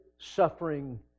suffering